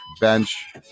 bench